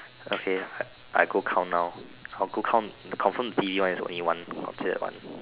okay I go count now I go count confirm B one is only one considered one